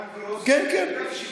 גם קרוס וגם 60 יום.